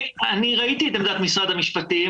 ראיתי את עמדת משרד המשפטים,